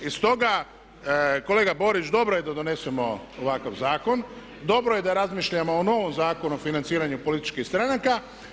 I stoga, kolega Borić dobro je da donesemo ovakav zakon, dobro je da razmišljamo o novom Zakonu o financiranju političkih stranaka.